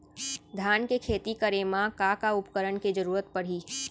धान के खेती करे मा का का उपकरण के जरूरत पड़हि?